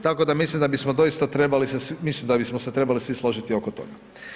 Tako da mislim da bismo doista trebali se, mislim da bismo se trebali svi složiti oko toga.